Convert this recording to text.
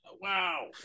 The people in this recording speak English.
Wow